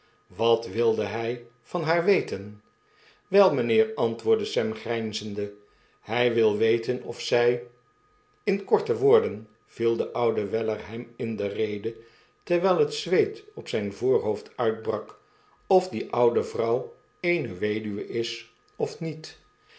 wat wilde hg van haar weten wei mijnheer antwoordde sam grijnzende hij wil weten of zij in korte woorden viel de oude weller hem in de rede terwijl het zweet op zijn voorhoofd uitbrak of die oude vrouw eene weduwe is of niet